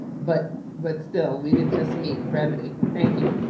but but still, we didn't just meet brevity. thank you.